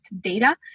data